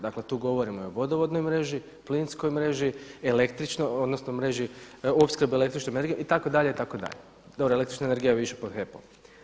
Dakle tu govorimo i o vodovodnoj mreži, plinskoj mreži, mreži opskrbe električnom energijom itd., itd. dobro električna energija je više pod HEP-om.